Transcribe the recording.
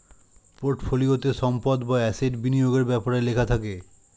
পোর্টফোলিওতে সম্পদ বা অ্যাসেট বিনিয়োগের ব্যাপারে লেখা থাকে